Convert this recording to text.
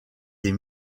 des